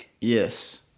Yes